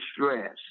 stress